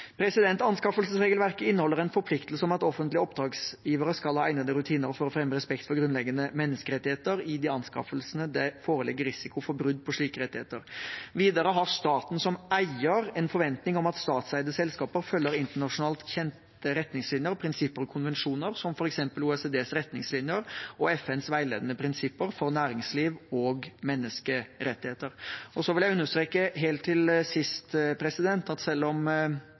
Anskaffelsesregelverket inneholder en forpliktelse om at offentlige oppdragsgivere skal ha egnede rutiner for å fremme respekt for grunnleggende menneskerettigheter i de anskaffelser hvor det foreligger risiko for brudd på slike rettigheter. Videre har staten som eier en forventning om at statseide selskaper følger internasjonalt anerkjente retningslinjer, prinsipper og konvensjoner, som f.eks. OECDs retningslinjer og FNs veiledende prinsipper for næringsliv og menneskerettigheter. Jeg vil helt til slutt understreke at selv om